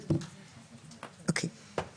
אוקיי.